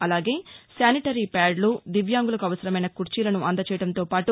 అలాగే శానిటరీ ప్యాధ్లు దివ్యాంగులకు అవసరమైన కుర్చీలను అందజేయడంతో పాటు